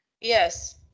yes